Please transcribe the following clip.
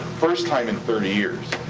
first time in thirty years,